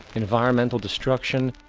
environmental destruction,